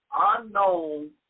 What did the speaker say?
unknown